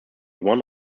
one